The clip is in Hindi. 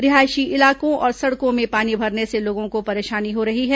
रिहायशी इलाकों और सड़कों में पानी भरने से लोगों को परेशानी हो रही है